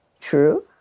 True